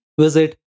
visit